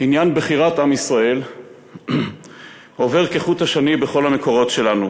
עניין בחירת עם ישראל עובר כחוט השני בכל המקורות שלנו,